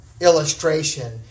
illustration